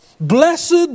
Blessed